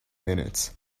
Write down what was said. minutes